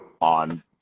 on